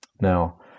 Now